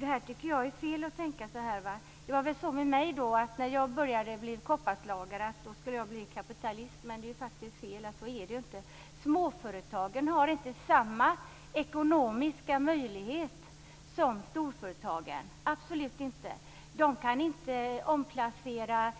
Det är fel att tänka så. Det skulle vara så med mig om jag blev kopparslagare. Då skulle jag bli en kapitalist. Det är fel, för så är det inte. Småföretagen har inte samma ekonomiska möjlighet som storföretagen, absolut inte. De kan inte omplacera